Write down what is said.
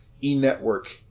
e-network